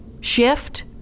shift